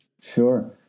Sure